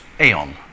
Aeon